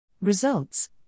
Results